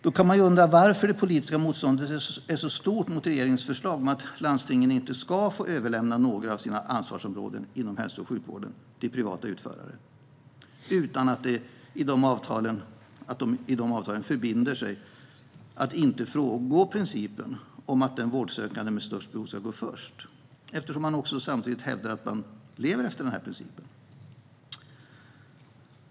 Då kan man undra varför det politiska motståndet är så stort mot regeringens förslag om att landstingen inte ska få överlämna några av sina ansvarsområden inom hälso och sjukvården till privata utförare, utan att de i dessa avtal förbinder sig till att inte frångå principen om att den vårdsökande med störst behov ska gå först. Det hävdas ju samtidigt att den principen efterlevs.